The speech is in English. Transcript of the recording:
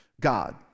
God